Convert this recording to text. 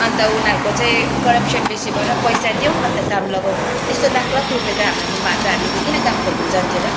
अन्त उनीहरूको चाहिँ करपसन बेसी भएर पैसा देऊ अन्त काम लगाउ त्यस्तो लाख लाख रुपियाँ त हाम्रोमा भए त हामी किन काम खोज्नु जान्थ्यो र